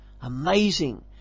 Amazing